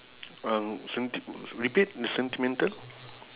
um senti~ repeat the sentimental